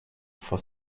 for